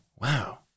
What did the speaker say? Wow